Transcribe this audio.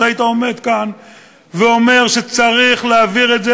אם היית עומד כאן ואומר שצריך להעביר את זה